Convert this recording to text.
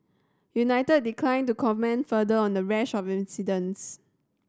united declined to comment further on the rash of incidents